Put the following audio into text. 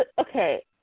Okay